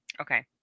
Okay